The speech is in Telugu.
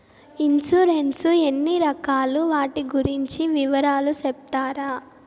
ఇన్సూరెన్సు ఎన్ని రకాలు వాటి గురించి వివరాలు సెప్తారా?